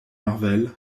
marvel